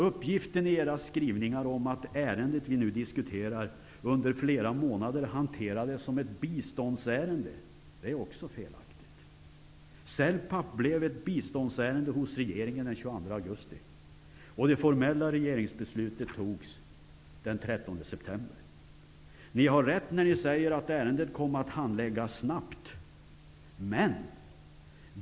Uppgiften i era skrivningar, att ärendet vi nu diskuterar under flera månader hanterades som ett biståndsärende, är också felaktig. NLK-Celpap blev ett biståndsärende hos regeringen den 22 Ni har rätt när ni säger att ärendet kom att handläggas snabbt.